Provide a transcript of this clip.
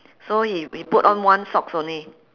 so he he put on one socks only